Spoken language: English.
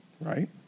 right